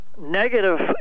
negative